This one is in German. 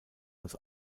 als